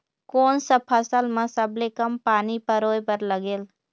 कोन सा फसल मा सबले कम पानी परोए बर लगेल?